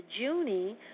Junie